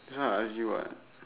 hard as you what